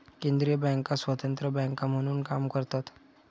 केंद्रीय बँका स्वतंत्र बँका म्हणून काम करतात